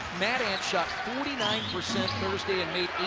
mad ants shot forty nine percent thursday and made